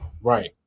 Right